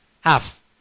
half